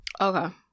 okay